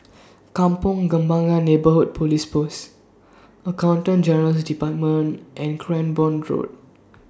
Kampong Kembangan Neighbourhood Police Post Accountant General's department and Cranborne Road